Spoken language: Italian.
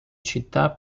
città